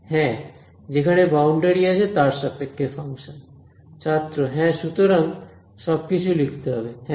হ্যাঁ যেখানে বাউন্ডারি আছে তার সাপেক্ষে ফাংশন ছাত্র হ্যাঁ সুতরাং সবকিছু লিখতে হবে হ্যাঁ